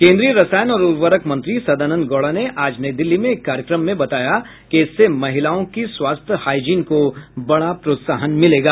केंद्रीय रसायन और ऊर्वरक मंत्री सदानंद गौड़ा ने आज नई दिल्ली में एक कार्यक्रम में बताया कि इससे महिलाओं की स्वास्थ्य हाईजीन को बड़ा प्रोत्साहन मिलेगा